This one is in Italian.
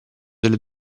delle